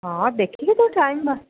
ହଁ ଦେଖିକି ତୋ ଟାଇମ୍ ବାହାର